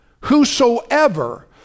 whosoever